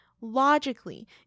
logically